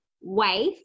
wife